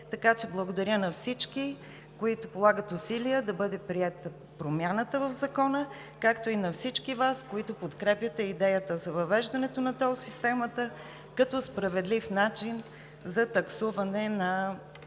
Благодаря на всички, които полагат усилия да бъде приета промяната в Закона, както и на всички Вас, които подкрепяте идеята за въвеждането на тол системата като справедлив начин за таксуване на